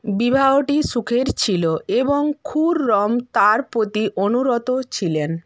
বিবাহটি সুখের ছিল এবং খুররম তাঁর প্রতি অনুরক্ত ছিলেন